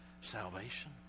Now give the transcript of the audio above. salvation